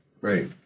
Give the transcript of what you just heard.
Right